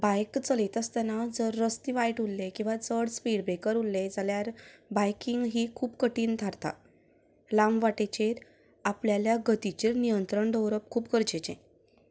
बायक चलयता आसतनां जर रस्ते वायट उरले किंवां चड स्पिड ब्रेकर उरले जाल्यार बायकिंग ही खूब कठीन थारता लांब वाटेचेर आपल्याल्या गतीचेर नियंत्रण दवरप खूब गरजेचें